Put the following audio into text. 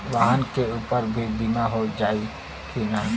वाहन के ऊपर भी बीमा हो जाई की ना?